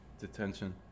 detention